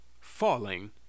falling